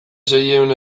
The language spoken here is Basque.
seiehun